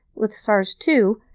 with sars two,